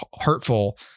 hurtful